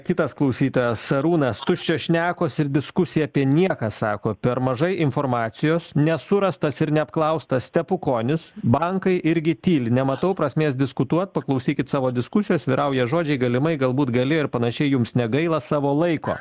kitas klausytojas arūnas tuščios šnekos ir diskusija apie nieką sako per mažai informacijos nesurastas ir neapklaustas stepukonis bankai irgi tyli nematau prasmės diskutuot paklausykit savo diskusijos vyrauja žodžiai galimai galbūt galėjo ir panašiai jums negaila savo laiko